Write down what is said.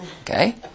Okay